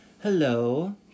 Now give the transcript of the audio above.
Hello